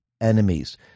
enemies